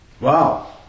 Wow